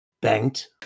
Banked